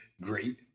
great